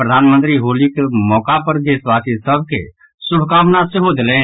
प्रधानमंत्री होलीक मौका पर देशवासी सभ के शुभकाना सेहो देलनि